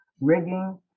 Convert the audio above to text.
rigging